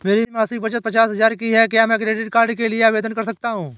मेरी मासिक बचत पचास हजार की है क्या मैं क्रेडिट कार्ड के लिए आवेदन कर सकता हूँ?